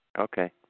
Okay